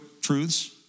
truths